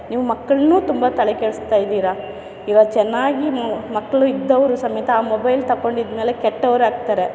ನೀವು ಮಕ್ಕಳನ್ನು ತುಂಬ ತಲೆ ಕೆಡಿಸ್ತಾಯಿದ್ದೀರಾ ಈಗ ಚೆನ್ನಾಗಿ ಮಕ್ಕಳು ಇದ್ದವರು ಸಮೇತ ಆ ಮೊಬೈಲ್ ತಗೊಂಡಿದ್ಮೇಲೆ ಕೆಟ್ಟವರಾಗ್ತಾರೆ